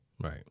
Right